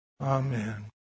Amen